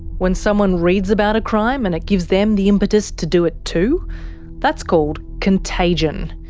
when someone reads about a crime, and it gives them the impetus to do it too that's called contagion.